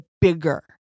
bigger